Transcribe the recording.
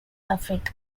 africa